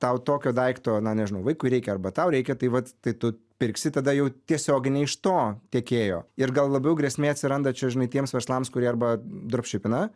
tau tokio daikto na nežinau vaikui reikia arba tau reikia tai vat tai tu pirksi tada jau tiesioginį iš to tiekėjo ir gal labiau grėsmė atsiranda čia žinai tiems verslams kurie arba dropšipina